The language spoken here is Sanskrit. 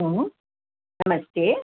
आ नमस्ते